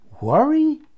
Worry